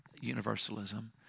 universalism